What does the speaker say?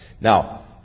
Now